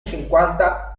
cinquanta